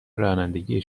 رانندگی